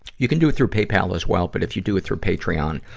you can do it through paypal as well, but if you do it through patreon,